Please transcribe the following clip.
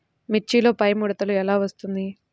మిర్చిలో పైముడత ఎలా వస్తుంది?